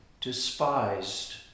despised